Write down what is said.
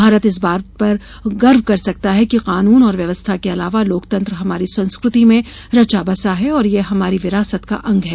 भारत इस बात पर गर्व कर सकता है कि कानून और व्यवस्था के अलावा लोकतंत्र हमारी संस्कृति में रचा बसा है और यह हमारी विरासत का अंग है